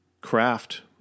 craft